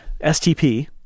stp